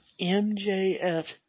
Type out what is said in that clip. MJF